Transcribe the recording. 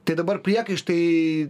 tai dabar priekaištai